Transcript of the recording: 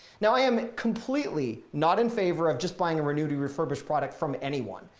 now i am completely not in favor of just buying a renewed refurbished product from anyone.